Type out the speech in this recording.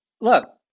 look